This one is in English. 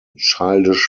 childish